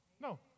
no